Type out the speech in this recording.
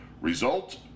Result